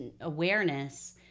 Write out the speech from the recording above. awareness